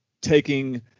taking